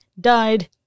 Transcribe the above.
died